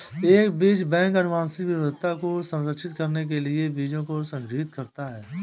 एक बीज बैंक आनुवंशिक विविधता को संरक्षित करने के लिए बीजों को संग्रहीत करता है